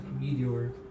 meteor